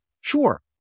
Sure